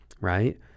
right